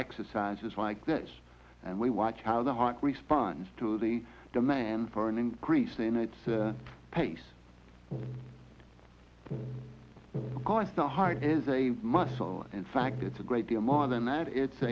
exercises like this and we watch how the heart responds to the demand for an increase in its pace because the heart is a muscle in fact it's a great deal more than that it's